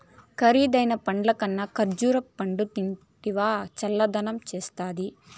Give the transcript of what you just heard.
కరీదైన పండ్లకన్నా కర్బూజా పండ్లు తింటివా చల్లదనం చేస్తాది